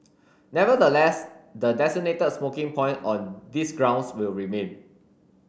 nevertheless the designated smoking point on these grounds will remain